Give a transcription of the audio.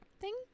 thank